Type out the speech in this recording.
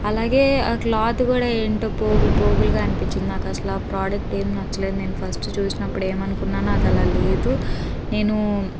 అలాగే ఆ క్లాత్ కూడా ఏంటో పోగులు పోగులుగా అనిపించింది నాకు అసలా ఆ ప్రోడక్ట్ ఏం నచ్చలేదు నేను ఫస్ట్ చూసినప్పుడు ఏమనుకున్నానో అది అలా లేదు నేను